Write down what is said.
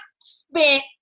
spent